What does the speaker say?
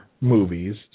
movies